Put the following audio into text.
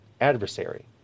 adversary